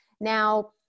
Now